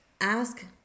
ask